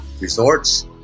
resorts